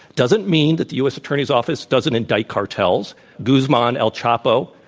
doesn't mean that the u. s. attorney's office doesn't indict cartels. guzman el chapo,